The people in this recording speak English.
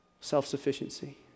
Self-sufficiency